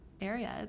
areas